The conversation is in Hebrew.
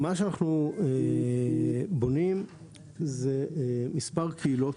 מה שאנחנו בונים זה מספר קהילות,